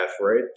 right